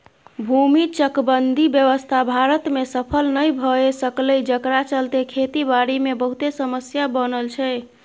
भूमि चकबंदी व्यवस्था भारत में सफल नइ भए सकलै जकरा चलते खेती बारी मे बहुते समस्या बनल छै